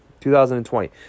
2020